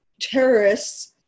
terrorists